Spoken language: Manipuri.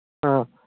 ꯑꯥ